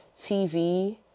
TV